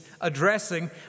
addressing